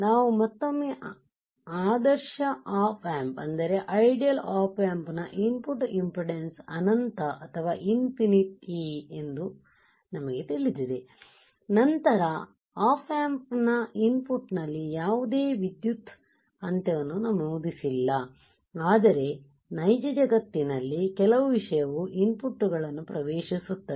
ನಾವು ಮತ್ತೊಮ್ಮೆ ಆದರ್ಶ ಆಪ್ ಆಂಪ್ ನ ಇನ್ ಪುಟ್ ಇಂಪೆಡಾನ್ಸ್ ಅನಂತ ಎಂದು ನಮಗೆ ತಿಳಿದಿದೆ ನಂತರ ಆಪ್ ಆಂಪ್ ನ ಇನ್ ಪುಟ್ ನಲ್ಲಿ ಯಾವುದೇ ವಿದ್ಯುತ್ ಅಂತ್ಯವನ್ನು ನಮೂದಿಸಿಲ್ಲ ಆದರೆ ನೈಜ ಜಗತ್ತಿನಲ್ಲಿ ಕೆಲವು ವಿಷಯವು ಇನ್ ಪುಟ್ ಗಳನ್ನು ಪ್ರವೇಶಿಸುತ್ತದೆ